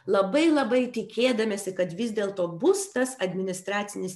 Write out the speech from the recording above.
labai labai tikėdamiesi kad vis dėlto bus tas administracinis